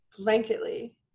blanketly